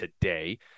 today